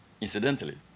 incidentally